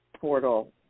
portal